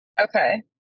Okay